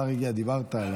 השר הגיע, דיברת.